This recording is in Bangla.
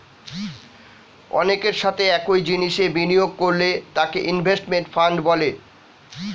অনেকের সাথে একই জিনিসে বিনিয়োগ করলে তাকে ইনভেস্টমেন্ট ফান্ড বলে